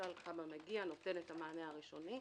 כב"ה מגיע ונותן את המענה הראשוני.